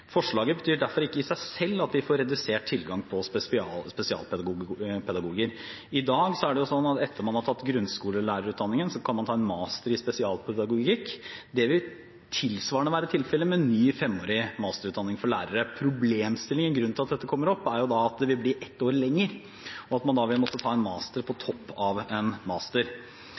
Forslaget betyr derfor ikke i seg selv at vi får redusert tilgang på spesialpedagoger. I dag er det slik at etter at man har tatt grunnskolelærerutdanning, kan man ta en master i spesialpedagogikk. Tilsvarende vil være tilfellet med ny femårig masterutdanning for lærere. Problemstillingen – grunnen til at dette kommer opp – er jo at det vil bli et år lenger, og at man da vil måtte ta en master på toppen av en master.